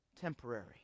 temporary